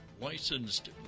licensed